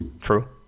True